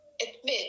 admit